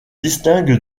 distingue